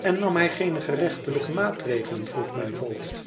en nam hij geene gerechtelijke maatregelen vroeg mijn voogd